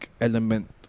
element